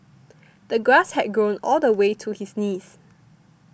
the grass had grown all the way to his knees